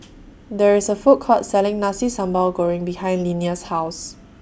There IS A Food Court Selling Nasi Sambal Goreng behind Linnea's House